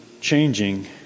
changing